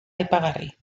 aipagarri